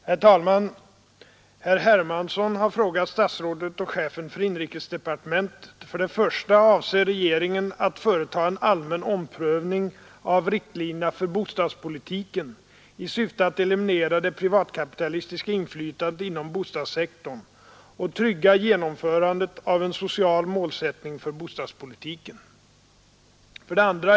Herr talman! Herr Hermansson har frågat inrikesministern: 5 1. Avser regeringen att företa en allmän omprövning av riktlinjerna för bostadspolitiken i syfte att eliminera det privatkapitalistiska inflytandet inom bostadssektorn och trygga genomförandet av en social målsättning för bostadspolitiken? 2.